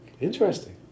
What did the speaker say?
Interesting